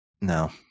no